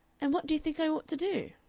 and what do you think i ought to do?